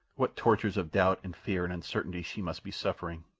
what tortures of doubt and fear and uncertainty she must be suffering.